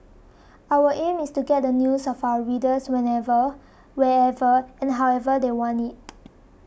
our aim is to get the news of our readers whenever wherever and however they want it